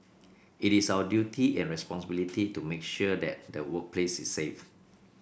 it is our duty and responsibility to make sure that the workplace is safe